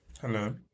Hello